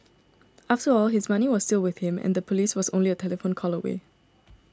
after all his money was still with him and the police was only a telephone call away